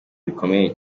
bikomeye